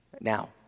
Now